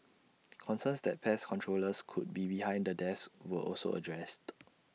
concerns that pest controllers could be behind the deaths were also addressed